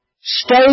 Stay